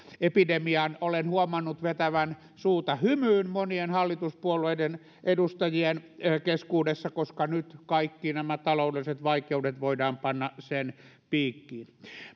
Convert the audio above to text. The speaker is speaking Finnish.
epidemian olen huomannut vetävän suuta hymyyn monien hallituspuolueiden edustajien keskuudessa koska nyt kaikki nämä taloudelliset vaikeudet voidaan panna sen piikkiin